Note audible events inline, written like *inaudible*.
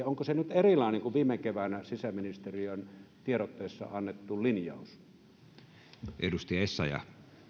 *unintelligible* onko se nyt erilainen kuin viime keväänä sisäministeriön tiedotteessa annettu linjaus arvoisa puhemies